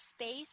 space